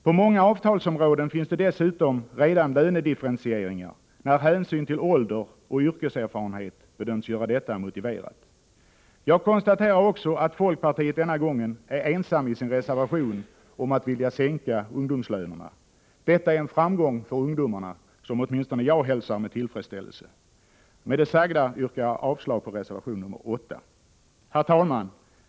På många avtalsområden finns dessutom redan lönedifferentieringar, när hänsyn till ålder och yrkeserfarenhet bedöms göra detta motiverat. Jag konstaterar också att man inom folkpartiet denna gång i sin reservation är ensam om att vilja sänka ungdomslönerna. Detta är en framgång för ungdomarna som åtminstone jag hälsar med tillfredsställelse. Med det sagda yrkar jag avslag på reservation nr 8. Herr talman!